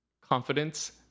confidence